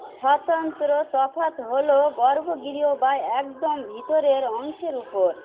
স্বতন্ত্র তফাত হলো গর্ভগৃহ বা একদম ভিতরের অংশের উপর